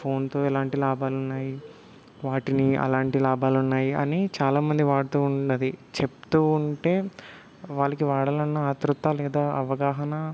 ఫోన్తో ఎలాంటి లాభాలున్నాయి వాటిని అలాంటి లాభాలున్నాయి అని చాలామంది వాడుతూ ఉన్నది చెప్తూ ఉంటే వాళ్ళకి వాడాలన్న ఆత్రుత లేదా అవగాహన